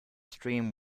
stream